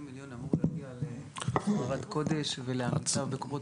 ה-80 מיליון אמור להגיע לפרופ' ערד קודש ולעמיתיו בקופות